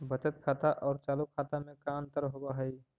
बचत खाता और चालु खाता में का अंतर होव हइ?